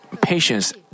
patience